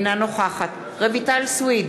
אינה נוכחת רויטל סויד,